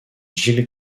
jill